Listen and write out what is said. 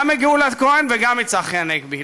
גם מגאולה כהן וגם מצחי הנגבי.